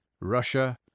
Russia